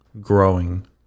Growing